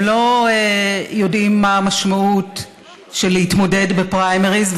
לא יודעים מה המשמעות של להתמודד בפריימריז,